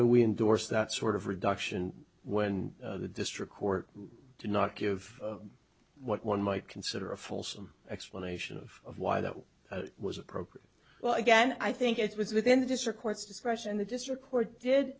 do we endorse that sort of reduction when the district court did not give what one might consider a fulsome explanation of why that was appropriate well again i think it was within the district court's discretion the district court did